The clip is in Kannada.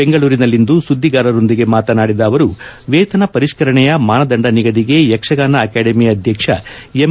ಬೆಂಗಳೂರಿನಲ್ಲಿಂದು ಸುದ್ದಿಗಾರರೊಂದಿಗೆ ಮಾತನಾಡಿದ ಅವರು ವೇತನ ಪರಿಷ್ಠರಣೆಯ ಮಾನದಂಡ ನಿಗದಿಗೆ ಯಕ್ಷಗಾನ ಅಕಾಡೆಮಿ ಅಧ್ಯಕ್ಷ ಎಂ